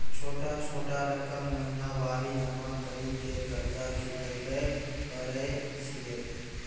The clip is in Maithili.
छोटा छोटा रकम महीनवारी जमा करि के कर्जा चुकाबै परए छियै?